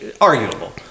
arguable